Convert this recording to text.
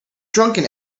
drunken